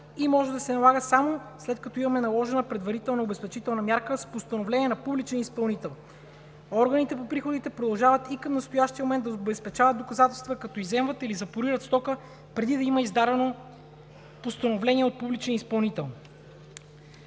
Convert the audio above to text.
и може да се налага само, след като имаме наложена предварителна обезпечителна мярка с постановление на публичен изпълнител, органите по приходите продължават и към настоящия момент да обезпечават доказателства, като изземват или запорират стока, преди да има издадено постановление от публичен изпълнител.